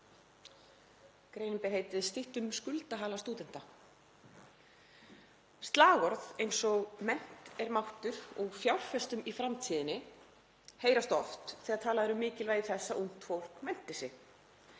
Greinin ber heitið Styttum skuldahala stúdenta: „Slagorð eins og „mennt er máttur“ og „fjárfestum í framtíðinni“ heyrast oft þegar talað er um mikilvægi þess að ungt fólk mennti sig.